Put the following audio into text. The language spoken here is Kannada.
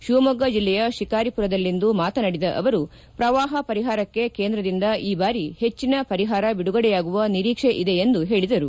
ಶಿವಮೊಗ್ಗ ಜಲ್ಲೆಯ ಶಿಕಾರಿಪುರದಲ್ಲಿಂದು ಮಾತನಾಡಿದ ಅವರು ಪ್ರವಾಪ ಪರಿಪಾರಕ್ಕೆ ಕೇಂದ್ರದಿಂದ ಈ ಬಾರಿ ಹೆಚ್ಚಿನ ಪರಿಪಾರ ಬಿಡುಗಡೆಯಾಗುವ ನಿರೀಕ್ಷೆ ಇದೆ ಎಂದು ಹೇಳಿದರು